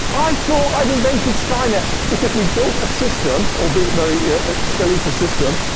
i thought i'd invented skynet, because we built a system, albeit very skeletal system,